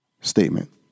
statement